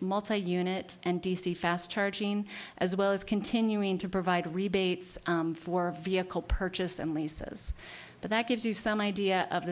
multi unit and d c fast charging as well as continuing to provide rebates for vehicle purchase and lisa's but that gives you some idea of the